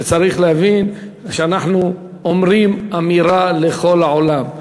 וצריך להבין שאנחנו אומרים אמירה לכל העולם.